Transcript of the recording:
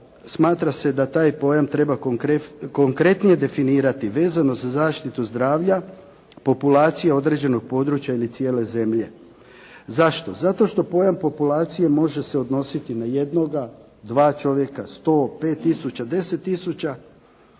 smatra se da taj pojam treba konkretnije definirati vezano za zaštitu zdravlja, populacije određenog područja ili cijele zemlje. Zašto? Zato što pojam populacije može se odnositi na jednoga, dva čovjeka, 100, 5 tisuća, 10 tisuća